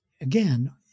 Again